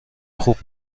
خوب